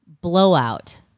blowout